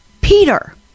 Peter